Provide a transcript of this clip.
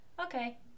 Okay